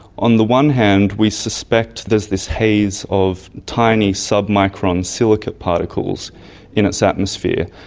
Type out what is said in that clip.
on the one hand we suspect there's this haze of tiny submicron silicate particles in its atmosphere,